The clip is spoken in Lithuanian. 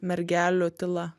mergelių tyla